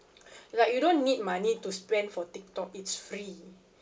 like you don't need money to spend for tiktok it's free